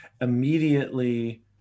immediately